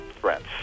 threats